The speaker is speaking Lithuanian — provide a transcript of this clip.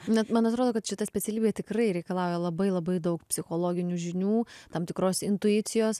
net man atrodo kad šita specialybė tikrai reikalauja labai labai daug psichologinių žinių tam tikros intuicijos